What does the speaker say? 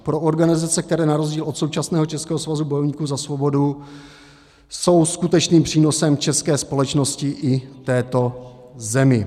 Pro organizace, které na rozdíl od současného Českého svazu bojovníků za svobodu, jsou skutečným přínosem české společnosti i této zemi.